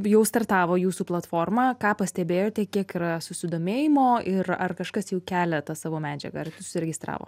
jau startavo jūsų platforma ką pastebėjote kiek yra susidomėjimo ir ar kažkas jau kelia tą savo medžiagą ar užsiregistravo